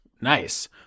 Nice